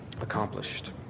accomplished